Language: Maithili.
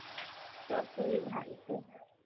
सभ सही भए जेतै